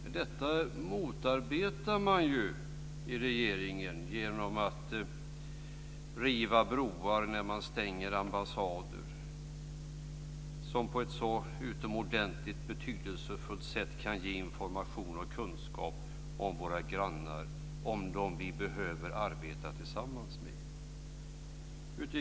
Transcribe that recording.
Men detta motarbetar man ju i regeringen genom att riva broar när man stänger ambassader, som på ett utomordentligt betydelsefullt sätt kan ge information och kunskap om våra grannar, om dem vi behöver arbeta tillsammans med.